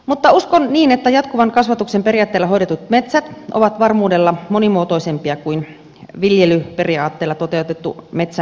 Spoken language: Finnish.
mutta uskon niin että jatkuvan kasvatuksen periaatteella hoidetut metsät ovat varmuudella monimuotoisempia kuin viljelyperiaatteella toteutettu metsänhoito